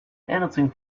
anything